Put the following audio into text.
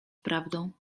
prawdą